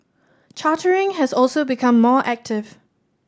chartering has also become more active